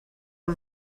for